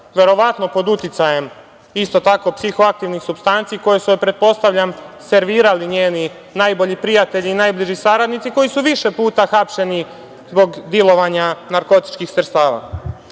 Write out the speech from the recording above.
verovatno pod uticajem isto tako psihoaktivnih supstanci koje su joj, pretpostavljam, servirali njeni najbolji prijatelji i najbliži saradnici koji su više puta hapšeni zbog dilovanja narkotičkih